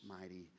mighty